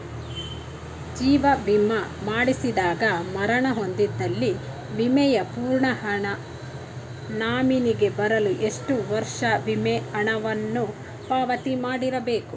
ಜೀವ ವಿಮಾ ಮಾಡಿಸಿದಾಗ ಮರಣ ಹೊಂದಿದ್ದಲ್ಲಿ ವಿಮೆಯ ಪೂರ್ಣ ಹಣ ನಾಮಿನಿಗೆ ಬರಲು ಎಷ್ಟು ವರ್ಷ ವಿಮೆ ಹಣವನ್ನು ಪಾವತಿ ಮಾಡಿರಬೇಕು?